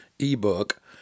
ebook